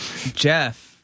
Jeff